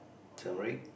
tumeric